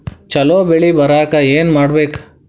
ಛಲೋ ಬೆಳಿ ಬರಾಕ ಏನ್ ಮಾಡ್ಬೇಕ್?